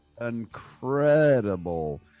Incredible